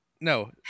no